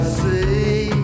see